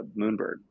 moonbird